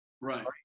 right